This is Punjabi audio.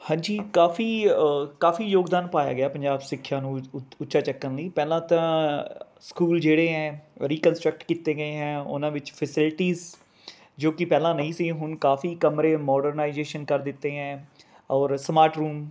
ਹਾਂਜੀ ਕਾਫੀ ਕਾਫੀ ਯੋਗਦਾਨ ਪਾਇਆ ਗਿਆ ਪੰਜਾਬ ਸਿੱਖਿਆ ਨੂੰ ਉੱਚ ਉਤ ਉੱਚਾ ਚੱਕਣ ਲਈ ਪਹਿਲਾਂ ਤਾਂ ਸਕੂਲ ਜਿਹੜੇ ਹੈ ਰੀਕਨਸਟਰਕਟ ਕੀਤੇ ਗਏ ਹੈ ਉਹਨਾਂ ਵਿੱਚ ਫੈਸਿਲਟੀਸ ਜੋ ਕਿ ਪਹਿਲਾਂ ਨਹੀਂ ਸੀ ਹੁਣ ਕਾਫੀ ਕਮਰੇ ਮੋਡਰਨਾਈਜੇਸ਼ਨ ਕਰ ਦਿੱਤੇ ਹੈ ਔਰ ਸਮਾਰਟ ਰੂਮ